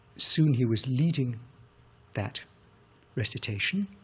soon he was leading that recitation,